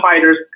fighters